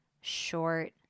short